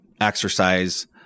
exercise